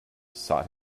sought